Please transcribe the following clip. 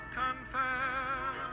confess